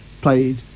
played